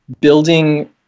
building